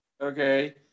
Okay